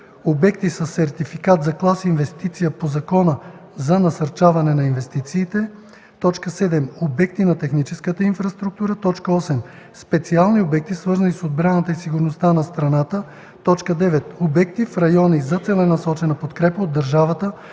обекти със сертификат за клас инвестиция по Закона за насърчаване на инвестициите; 7. обекти на техническата инфраструктура; 8. специални обекти, свързани с отбраната и сигурността на страната; 9. обекти в райони за целенасочена подкрепа от държавата